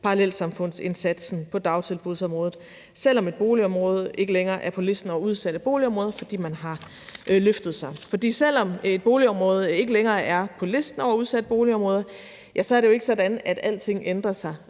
parallelsamfundsindsatsen på dagtilbudsområdet, selv om et boligområde ikke længere er på listen over udsatte boligområder, fordi det har løftet sig. For selv om et boligområde ikke længere er på listen over udsatte boligområder, er det jo ikke sådan, at alting ændrer sig